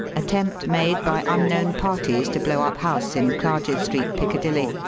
attempt made by unknown parties to blow up house in clarges street, piccadilly.